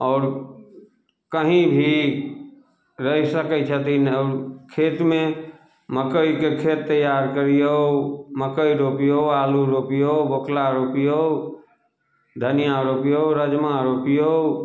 आओर कहीं भी रहि सकय छथिन खेतमे मकइके खेत तैयार करियौ मकइ रोपियौ आलू रोपियौ बोकला रोपियौ धनियाँ रोपियौ राजमा रोपियौ